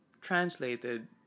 translated